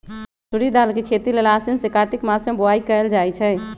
मसूरी के दाल के खेती लेल आसीन से कार्तिक मास में बोआई कएल जाइ छइ